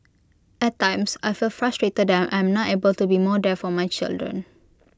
at times I feel frustrated that I am not able to be more there for my children